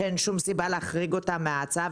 שאין שום סיבה להחריג אותן מההצעה,